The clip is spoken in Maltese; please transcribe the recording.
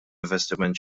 investiment